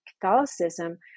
Catholicism